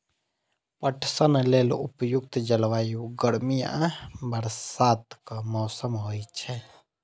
पटसन लेल उपयुक्त जलवायु गर्मी आ बरसातक मौसम होइ छै